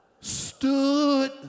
stood